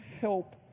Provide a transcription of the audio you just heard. help